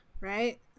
right